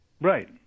Right